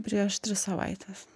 prieš tris savaites